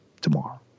tomorrow